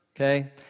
okay